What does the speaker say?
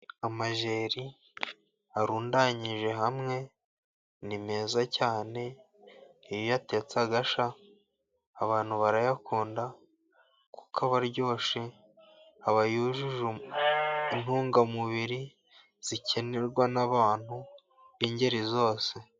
Amajyeri arundanyije hamwe ni meza cyane, iyo atetse agashya abantu barayakunda, kuko aba aryoshye, aba yujuje intungamubiri zikenerwa n'abantu b'ingeri zose.